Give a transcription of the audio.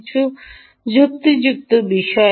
কিছু যুক্তিযুক্ত বিষয়